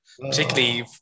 particularly